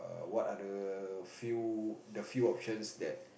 err what other few the few options that